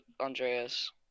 Andreas